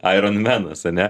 aironmenas ane